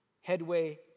headway